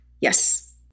Yes